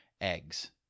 eggs